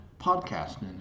podcasting